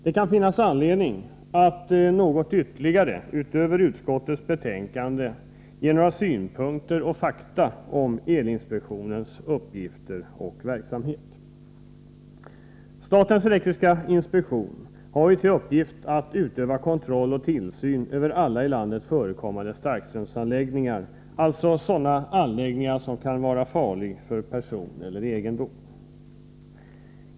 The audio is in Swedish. Det kan finnas anledning att ytterligare, utöver utskottets betänkande, ge några synpunkter och fakta om elinspektionens uppgifter och verksamhet. Statens elektriska inspektion har till uppgift att utöva kontroll och tillsyn över alla i landet förekommande starkströmsanläggningar, alltså sådana anläggningar som kan vara farliga för person eller egendom.